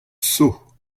sot